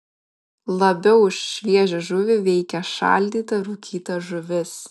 labiau už šviežią žuvį veikia šaldyta rūkyta žuvis